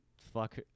fuck